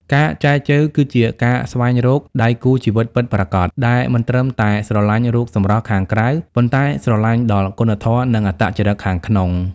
ការចែចូវគឺជាការស្វែងរក "ដៃគូជីវិតពិតប្រាកដ" ដែលមិនត្រឹមតែស្រឡាញ់រូបសម្រស់ខាងក្រៅ ប៉ុន្តែស្រឡាញ់ដល់គុណធម៌ និងអត្តចរិតខាងក្នុង។